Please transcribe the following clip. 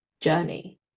journey